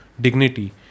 dignity